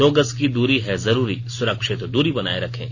दो गज की दूरी है जरूरी सुरक्षित दूरी बनाए रखें